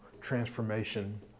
transformation